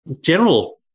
general